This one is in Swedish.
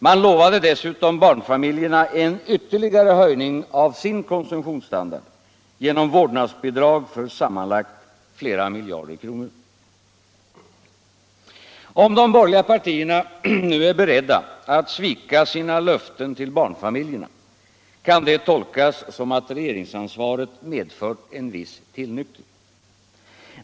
Man lovade dessutom barnfamiljerna en ytterligare höjning av konsumtionsstandarden genom vårdnadsbidrag för sammanlagt flera miljarder kronor. Om de borgerliga partierna nu är beredda att svika sina löften till barnfamiljerna kan det tolkas som att regeringsansvaret medfört en viss tillnyktring.